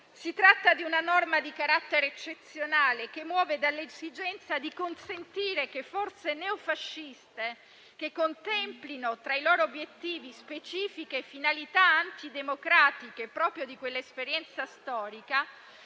Si tratta di una norma di carattere eccezionale, che muove dall'esigenza di consentire che forze neofasciste, che contemplino tra i loro obiettivi specifiche finalità antidemocratiche proprie di quell'esperienza storica